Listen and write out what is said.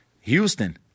Houston –